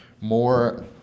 more